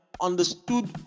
understood